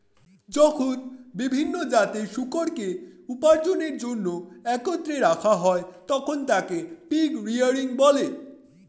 যখন বিভিন্ন জাতের শূকরকে উপার্জনের জন্য একত্রে রাখা হয়, তখন তাকে পিগ রেয়ারিং বলে